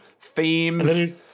Themes